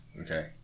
Okay